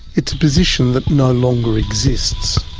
it's a position that no longer exists.